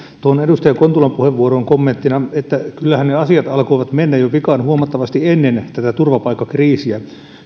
tuohon edustaja kontulan puheenvuoroon kommenttina että kyllähän ne asiat alkoivat mennä jo vikaan huomattavasti ennen tätä turvapaikkakriisiä